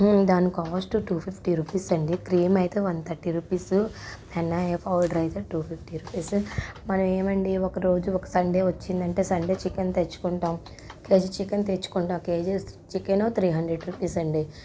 దాని cost two fifty rupees అండి cream అయితే one thirty rupees henna hair powder అయితే టూ ఫిఫ్టీ రూపీస్ మనం ఏమండి ఒకరోజు ఒక్క సండే వచ్చిందంటే సండే చికెన్ తెచ్చుకుంటాం కేజీ చికెన్ తెచ్చుకుంటాం కేజీ చికెనను త్రీ హాండెర్డ్ రూపీస్ అండి